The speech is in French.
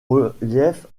relief